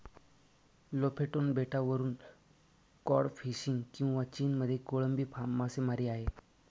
Lofoten बेटावरून cod fishing किंवा चीनमध्ये कोळंबी फार्म मासेमारी आहे